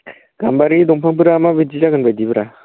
गाम्बारि दंफांफोरा मा बायदि जागोन बायदिब्रा